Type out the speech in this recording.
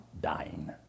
dying